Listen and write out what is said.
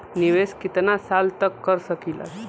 निवेश कितना साल तक कर सकीला?